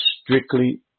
strictly